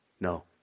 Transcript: No